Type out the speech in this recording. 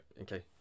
Okay